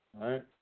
right